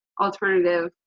alternative